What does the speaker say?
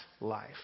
life